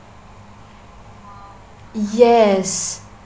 yes